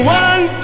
one